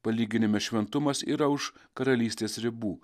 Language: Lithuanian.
palyginime šventumas yra už karalystės ribų